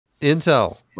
Intel